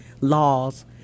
laws